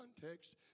context